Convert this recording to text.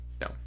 No